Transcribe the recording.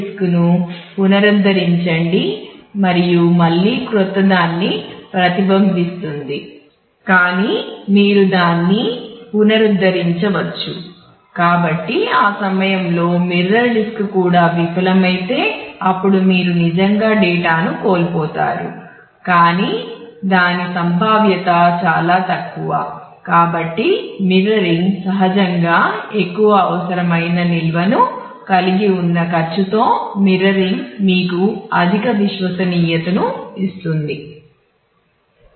disc సహజంగా ఎక్కువ అనవసరమైన నిల్వను కలిగి ఉన్న ఖర్చుతో మిర్రరింగ్ మీకు అధిక విశ్వసనీయతను ఇస్తుంది